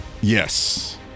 Yes